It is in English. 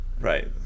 right